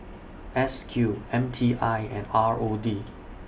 S Q M T I and R O D